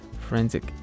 forensic